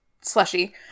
slushy